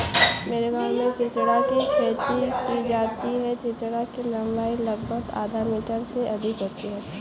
मेरे गांव में चिचिण्डा की खेती की जाती है चिचिण्डा की लंबाई लगभग आधा मीटर से अधिक होती है